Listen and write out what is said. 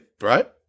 right